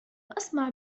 أسمع